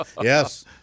Yes